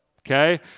Okay